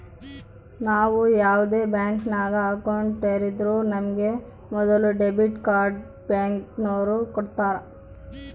ನಾವು ಯಾವ್ದೇ ಬ್ಯಾಂಕಿನಾಗ ಅಕೌಂಟ್ ತೆರುದ್ರೂ ನಮಿಗೆ ಮೊದುಲು ಡೆಬಿಟ್ ಕಾರ್ಡ್ನ ಬ್ಯಾಂಕಿನೋರು ಕೊಡ್ತಾರ